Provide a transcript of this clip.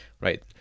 right